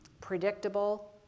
predictable